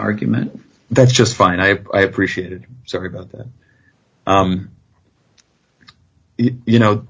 argument that's just fine i appreciate it sorry about that you know